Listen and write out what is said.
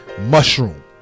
mushroom